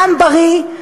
העם בריא,